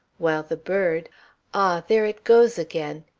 while the bird ah! there it goes again,